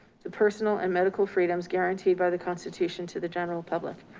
the personal and medical freedoms guaranteed by the constitution to the general public.